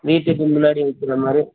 வீட்டுக்கு முன்னாடி வைக்கிற மாதிரி